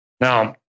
Now